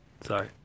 sorry